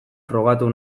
frogatu